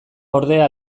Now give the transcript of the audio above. ordea